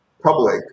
public